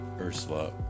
Ursula